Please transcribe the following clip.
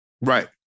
Right